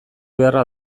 beharra